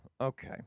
okay